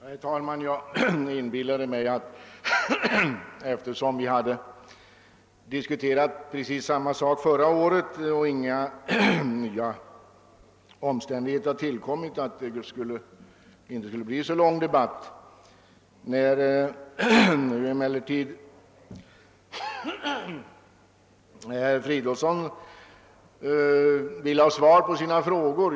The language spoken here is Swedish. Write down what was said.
Herr talman! Jag inbillade mig att debatten inte skulle bli så lång, eftersom vi diskuterat precis samma sak förra året och inga nya omständigheter tillkommit. Herr Fridolfsson i Stockholm vill emellertid få svar på sina frågor.